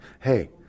hey